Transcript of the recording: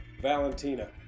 Valentina